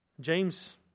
James